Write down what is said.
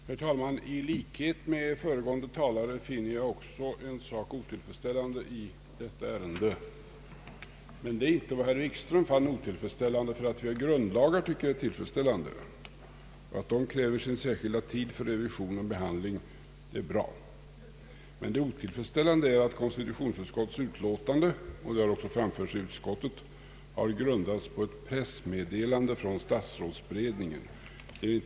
Herr talman! I likhet med föregående talare finner jag en sak otillfredsställande i detta ärende, men det är inte samma sak som herr Wikström fann otillfredsställande. Att vi har grundlagar tycker jag är tillfredsställande och att de kräver sin särskilda tid för revision och behandling är bra. Det otillfredsställande är att konstitutionsutskottets utlåtande — såsom också framförts i utskottet — har grundats på ett pressmeddelande från statsrådsberedningen.